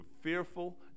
fearful